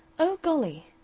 oh, golly!